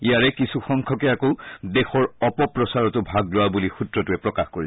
ইয়াৰে কিছু সংখ্যকে আকৌ দেশৰ অপপ্ৰচাৰতো ভাগ লোৱা বুলি সূত্ৰটোৱে প্ৰকাশ কৰিছে